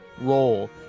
role